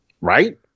right